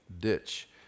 ditch